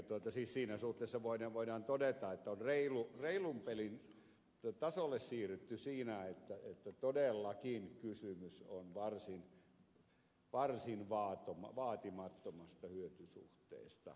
siis siinä suhteessa voidaan todeta että on reilun pelin tasolle siirrytty siinä kun todellakin kysymys on varsin vaatimattomasta hyötysuhteesta